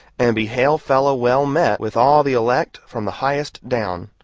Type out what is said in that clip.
and be hail-fellow-well-met with all the elect, from the highest down.